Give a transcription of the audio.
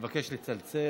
אני מבקש לצלצל,